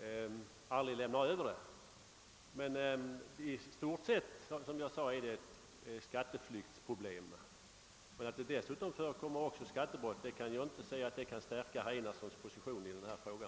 sedan aldrig lämnar över. I stort sett är detta emellertid, såsom jag sade, ett skatteflyktsproblem. Att det dessutom förekommer skattebrott tycker jag inte på något sätt kan stärka herr Enarssons position i denna fråga.